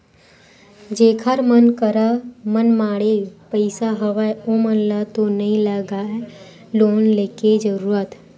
जेखर मन करा मनमाड़े पइसा हवय ओमन ल तो नइ लगय लोन लेके जरुरत